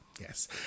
Yes